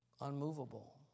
unmovable